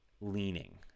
leaning